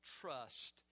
trust